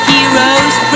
Heroes